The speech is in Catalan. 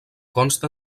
consta